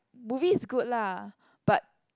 movie is good lah but